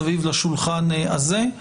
סביב לשולחן הזה,